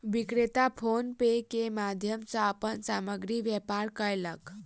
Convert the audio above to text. विक्रेता फ़ोन पे के माध्यम सॅ अपन सामग्रीक व्यापार कयलक